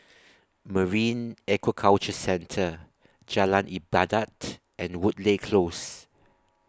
Marine Aquaculture Centre Jalan Ibadat and Woodleigh Close